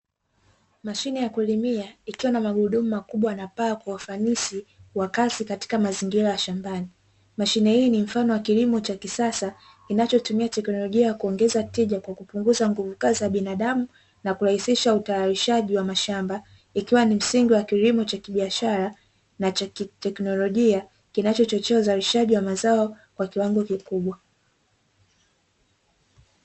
Mashine ya kulimia ikiwa na magurudumu makubwa na paa kwa ufanisi wa kazi katika mazingira ya shambani. Masine hii ni mfano wa kilimo cha kisasa kinachotumia teknolojia ya kuongeza tija kwa kupunguza nguvu kazi ya binadamu na kurahisisha utayarishaji wa mashamba, ikiwa ni msingi wa kilimo cha kibiashara na chakiteknolojia kinachochochea uzalishaji wa mazao kwa kiwango kikubwa.